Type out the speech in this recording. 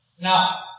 Now